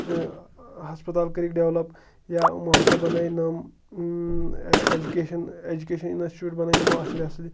ہَسپَتال کٔرِکھ ڈٮ۪ولَپ یا یِمو ہَسا بَنٲوۍ نٔو اٮ۪جوکیشَن اٮ۪جوکیشَن اِنَسچوٗٹ بَنٲوۍ یِمو اَصلہِ اَصلہِ